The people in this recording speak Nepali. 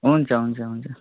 हुन्छ हुन्छ हुन्छ